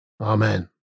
Amen